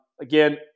again